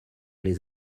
les